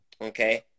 okay